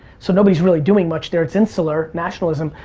so nobody's really doing much there. it's insular nationalism.